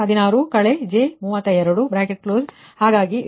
77 ಕೋನ 116